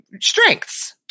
strengths